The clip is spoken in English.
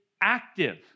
active